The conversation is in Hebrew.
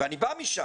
אני בא משם.